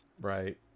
right